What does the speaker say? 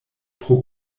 pro